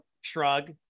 Shrug